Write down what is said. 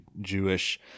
Jewish